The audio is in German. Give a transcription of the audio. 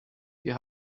wir